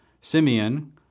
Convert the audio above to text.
Simeon